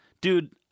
dude